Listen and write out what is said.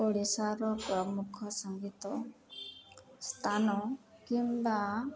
ଓଡ଼ିଶାର ପ୍ରମୁଖ ସଙ୍ଗୀତ ସ୍ଥାନ କିମ୍ବା